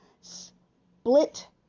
Split